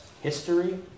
history